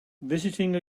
visiting